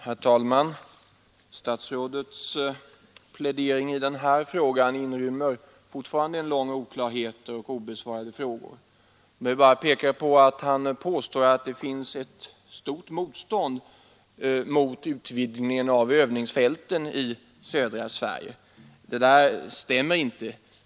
Herr talman! Statsrådets plädering i den här frågan inrymmer fortfarande en lång rad oklarheter och obesvarade frågor. Jag vill bara peka på att han påstår att det finns ett stort motstånd mot utvidgning av övningsfälten i södra Sverige. Det stämmer inte.